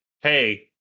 Hey